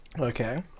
Okay